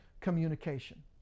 communication